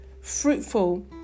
fruitful